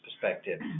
perspective